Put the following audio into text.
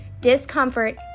Discomfort